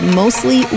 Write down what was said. mostly